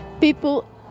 people